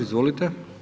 Izvolite.